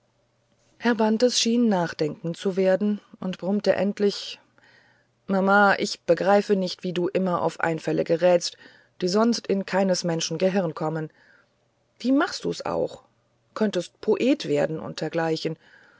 herr bantes schien nachdenkend zu werden und brummte endlich mama ich begreife nicht wie du immer auf einfälle gerätst die sonst in keines menschen gehirn kommen wie machst du's auch könntest poet werden